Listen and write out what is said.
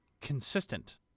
consistent